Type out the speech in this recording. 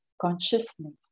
consciousness